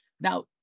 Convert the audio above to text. Now